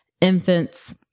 infants